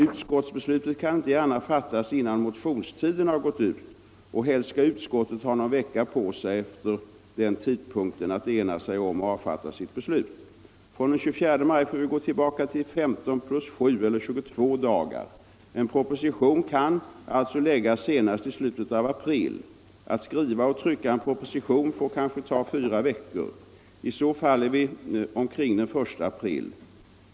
Utskottsbeslutet kan inte gärna fattas innan motionstiden har gått ut, och helst skall utskottet efter den tidpunkten ha någon vecka på sig för att ena sig om och avfatta sitt beslut. Från den 24 maj får vi gå tillbaka 15 plus 7 eller 22 dagar. En proposition kan alltså läggas senast i slutet av april. Att skriva och trycka en proposition får kanske ta fyra veckor. I så fall är vi omkring den 1 april.